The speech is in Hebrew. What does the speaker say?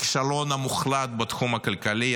הכישלון המוחלט בתחום הכלכלי,